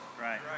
Right